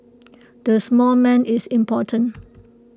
the small man is important